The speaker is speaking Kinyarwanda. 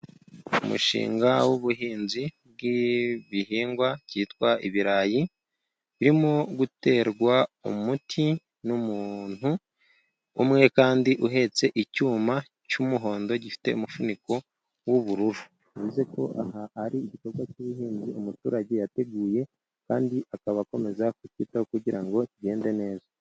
Umushinga w'ubuhinzi bw'ibihingwa byitwa ibirayi, birimo guterwa umuti n'umuntu umwe, kandi uhetse icyuma cy'umuhondo gifite umufuniko w'ubururu, bivuze ko aha ari igikorwa cy'ubuhinzi, umuturage yateguye kandi akaba akomeza kukitaho, kugira ngo kigende neza.